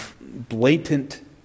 blatant